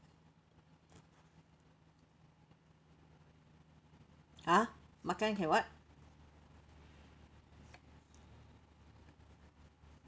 !huh! makan can what